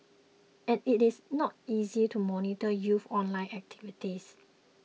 and it is not easy to monitor youth online activity